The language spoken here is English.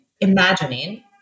imagining